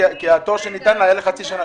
כי התור שניתן לה היה לחצי שנה